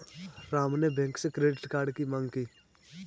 राम ने बैंक से credit card की माँग की